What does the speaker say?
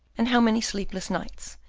and how many sleepless nights,